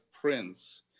Prince